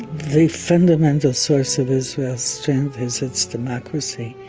the fundamental source of israel's strength is its democracy,